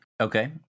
Okay